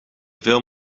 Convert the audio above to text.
veel